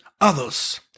others